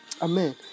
Amen